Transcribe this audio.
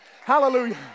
Hallelujah